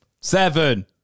Seven